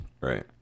Right